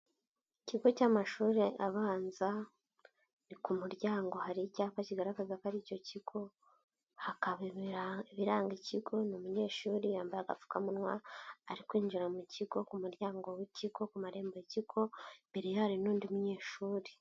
Ikigo cy'amashuri abanza, ni ku muryango hari icyapa kigaragaza ko ari icyo kigo, hakaba ibiranga ikigo, ni umunyeshuri, yambaye agapfukamunwa, ari kwinjira mu kigo, ku muryango w'ikigo, ku marembo y'ikigo, imbere hari n'undi munyeshuri.